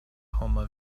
homa